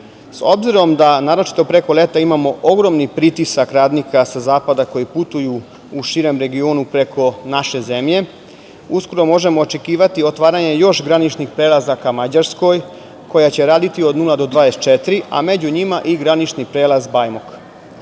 S obzirom da naročito preko leta imamo ogromni pritisak radnika sa zapada koji putuju u širem regionu preko naše zemlje, uskoro možemo očekivati otvaranje još graničnih prelaza ka Mađarskoj, koja će raditi od 00 -24, a među njima i granični prelaz